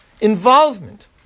involvement